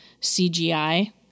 CGI